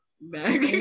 back